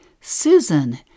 Susan